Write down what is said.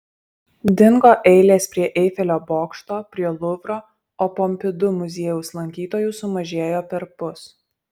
dingo eilės prie eifelio bokšto prie luvro o pompidu muziejaus lankytojų sumažėjo perpus